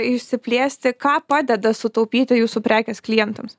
išsiplėsti ką padeda sutaupyti jūsų prekės klientams